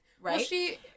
right